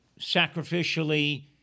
sacrificially